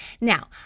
now